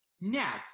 Now